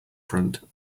front